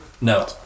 No